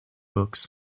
books